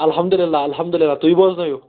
اَلحَمدُاللہ اَلحَمدُاللہ تُہۍ بوزٕنٲیِو